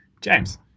James